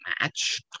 match